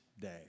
day